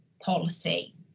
policy